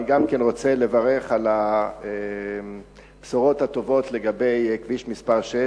גם אני רוצה לברך על הבשורות הטובות לגבי כביש מס' 6,